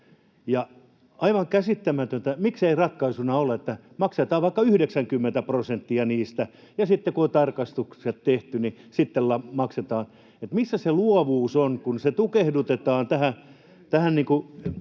Aivan käsittämätöntä, miksei ratkaisuna ole se, että maksetaan vaikka 90 prosenttia niistä ja sitten, kun on tarkastukset tehty, maksetaan. Missä se luovuus on, kun se tukehdutetaan tähän